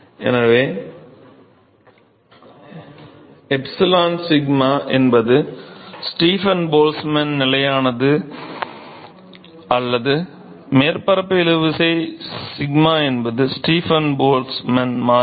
எனவே Σσ என்பது Stefan Boltzmann நிலையானது அல்ல மேற்பரப்பு இழுவிசை σ என்பது ஸ்டீபன் போல்ட்ஸ்மேன் மாறிலி